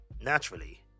Naturally